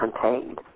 contained